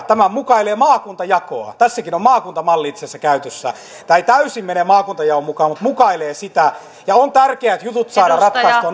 tämä mukailee maakuntajakoa tässäkin on maakuntamalli itse asiassa käytössä tämä ei täysin mene maakuntajaon mukaan mutta mukailee sitä on tärkeää että jutut saadaan ratkaistua